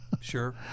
Sure